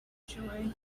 joy